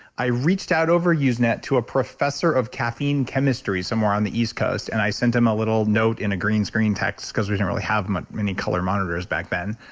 i reached out over usenet to a professor of caffeine chemistry, somewhere on the east coast. and i sent him a little note in a green screen text because we didn't really have many color monitors back then.